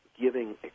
giving